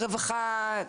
רווחה,